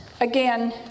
again